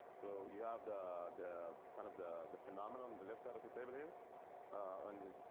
so you have the the kind of the the phenomenon. the left side of the table yeah and